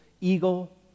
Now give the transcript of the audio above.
eagle